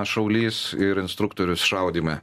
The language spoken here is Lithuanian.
šaulys ir instruktorius šaudyme